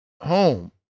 home